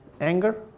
anger